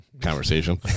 conversation